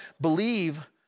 believe